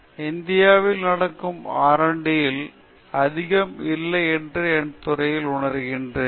எனவே இந்தியாவில் நடக்கும் R and D R D அதிகம் இல்லை என்று என் துறையில் உணர்கிறேன்